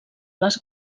les